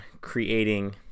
creating